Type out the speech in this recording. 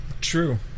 True